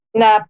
na